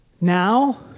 now